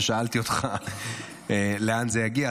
כששאלתי אותך לאן זה יגיע,